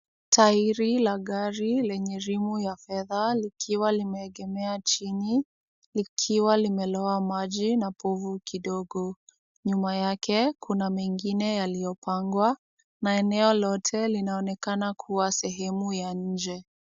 Tairi la gari lenye rimu ya fedha likiwa limeegemea chini likiwa limeloa maji na povu kidogo. Nyuma yake kuna mengine yaliyopangwa na eneo lote linaonekana kuwa sehemu ya nje.